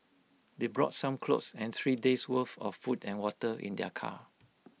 they brought some clothes and three days' worth of food and water in their car